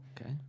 okay